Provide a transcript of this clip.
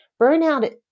Burnout